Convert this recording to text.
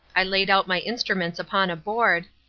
i laid out my instruments upon a board,